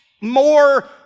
more